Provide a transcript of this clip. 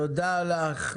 תודה לך.